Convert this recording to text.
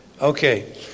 Okay